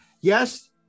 yes